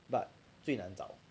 but 最难找